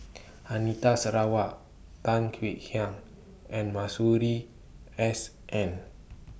Anita Sarawak Tan Kek Hiang and Masuri S N